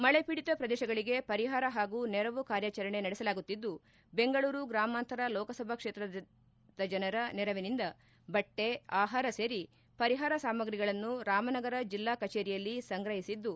ಮಳೆ ಪೀಡಿತ ಪ್ರದೇಶಗಳಿಗೆ ಪರಿಹಾರ ಹಾಗೂ ನೆರವು ಕಾರ್ಯಾಚರಣೆ ನಡೆಸಲಾಗುತ್ತಿದ್ದು ಬೆಂಗಳೂರು ಗ್ರಾಮಾಂತರ ಲೋಕಸಭಾ ಕ್ಷೇತ್ರದ ಜನರ ನೆರವಿನಿಂದ ಬಟ್ಟೆ ಆಹಾರ ಸೇರಿ ಪರಿಹಾರ ಸಾಮಗ್ರಿಗಳನ್ನು ರಾಮನಗರ ಜಿಲ್ಲಾ ಕಚೇರಿಯಲ್ಲಿ ಸಂಗ್ರಹಿಸಿದ್ದು